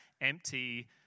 empty